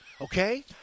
Okay